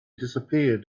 disappeared